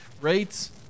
Rates